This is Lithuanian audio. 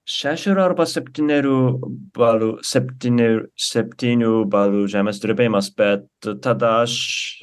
šešerių arba septynerių balų septyner septynių balų žemės drebėjimas bet tada aš